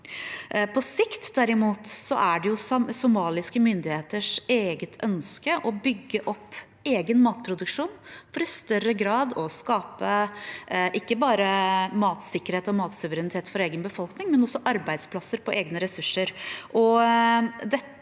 derimot er det somaliske myndigheters eget ønske å bygge opp egen matproduksjon for i større grad å skape ikke bare matsikkerhet og matsuverenitet for egen befolkning, men også arbeidsplasser på egne ressurser.